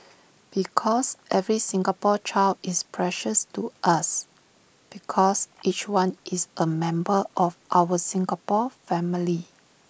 because every Singapore child is precious to us because each one is A member of our Singapore family